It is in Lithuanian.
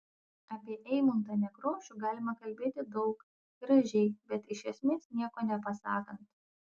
apie eimuntą nekrošių galima kalbėti daug gražiai bet iš esmės nieko nepasakant